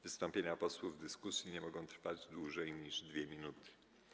Wystąpienia posłów w dyskusji nie mogą trwać dłużej niż 2 minuty.